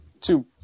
two